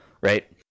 right